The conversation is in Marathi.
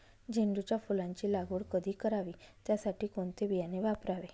झेंडूच्या फुलांची लागवड कधी करावी? त्यासाठी कोणते बियाणे वापरावे?